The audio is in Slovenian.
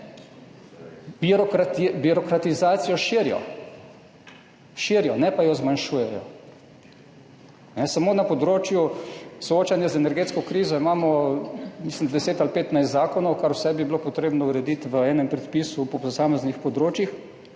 birokratizacijo širijo. Širijo jo, ne pa zmanjšujejo. Samo na področju soočanja z energetsko krizo imamo, mislim, da 10 ali 15 zakonov, kar bi bilo vse treba urediti v enem predpisu po posameznih področjih,